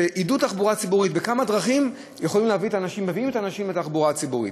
שעידוד התחבורה הציבורית בכמה דרכים מביא את האנשים לתחבורה הציבורית.